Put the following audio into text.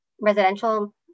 residential